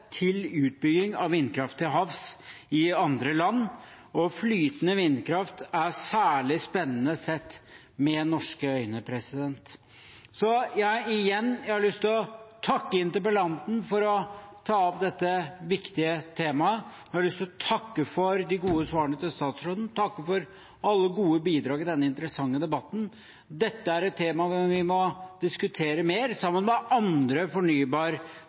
til utbygging av vindkraft til havs i andre land, og flytende vindkraft er særlig spennende sett med norske øyne. Så jeg har – igjen – lyst til å takke interpellanten for å ta opp dette viktige temaet. Jeg har lyst til å takke for de gode svarene fra statsråden, og takke for alle gode bidrag i denne interessante debatten. Dette er et tema vi må diskutere mer, sammen med andre